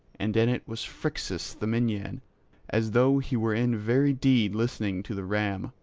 and in it was phrixus the minyan as though he were in very deed listening to the ram,